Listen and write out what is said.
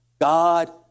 God